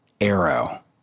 arrow